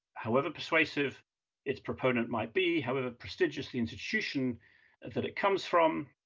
however persuasive its proponent might be, however prestigious the institution that it comes from,